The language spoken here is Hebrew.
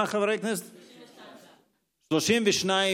המלצת הוועדה הזמנית לענייני חוץ וביטחון